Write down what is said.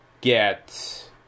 get